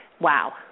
wow